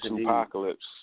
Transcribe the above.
Apocalypse